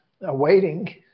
awaiting